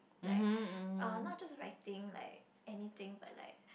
like uh not just writing like anything but like